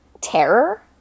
terror